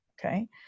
Okay